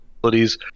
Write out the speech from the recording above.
abilities